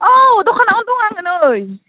औ दखानावनो दं आङो नै